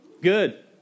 Good